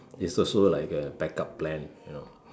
it's also like a back up plan you know